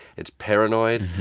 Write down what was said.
it's paranoid.